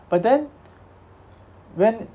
but then when